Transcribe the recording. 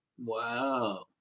wow